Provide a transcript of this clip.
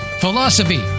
Philosophy